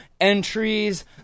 entries